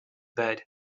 bed